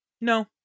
No